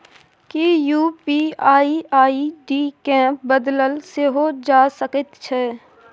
कि UPI ID केँ बदलल सेहो जा सकैत छै?